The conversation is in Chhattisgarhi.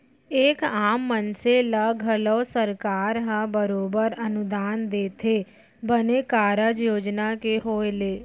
एक आम मनसे ल घलौ सरकार ह बरोबर अनुदान देथे बने कारज योजना के होय ले